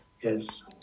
Yes